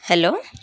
hello